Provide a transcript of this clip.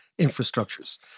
infrastructures